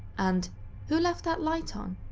and who left that light on.